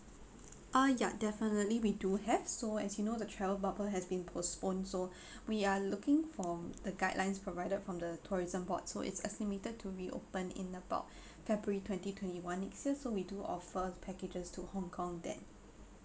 uh ya definitely we do have so as you know the travel bubble has been postponed so we are looking from the guidelines provided from the tourism board so it's estimated to reopen in about february twenty twenty one next year so we do offer packages to hong-kong then